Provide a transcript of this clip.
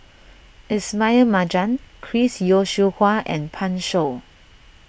Ismail Marjan Chris Yeo Siew Hua and Pan Shou